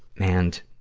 and,